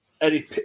Eddie